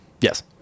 Yes